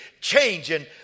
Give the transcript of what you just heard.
changing